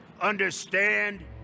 Understand